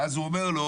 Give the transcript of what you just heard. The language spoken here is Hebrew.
ואז הוא אומר לו